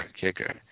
kicker